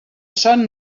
son